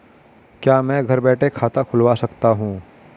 क्या मैं घर बैठे खाता खुलवा सकता हूँ?